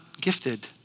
gifted